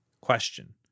Question